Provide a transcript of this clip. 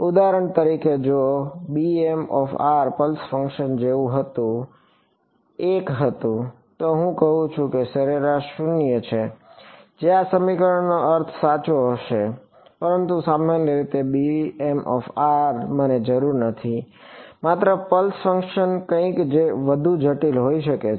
ઉદાહરણ તરીકે જો પલ્સ ફંક્શન જેવું 1 હતું તો હું કહું છું કે સરેરાશ શેષ 0 છે જે આ સમીકરણનો અર્થ સાચો હશે પરંતુ સામાન્ય રીતે મને જરૂર નથી માત્ર પલ્સ ફંક્શન કંઈક વધુ જટિલ હોઈ શકે છે